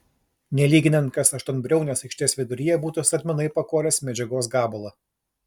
nelyginant kas aštuonbriaunės aikštės viduryje būtų statmenai pakoręs medžiagos gabalą